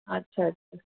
अच्छा अच्छा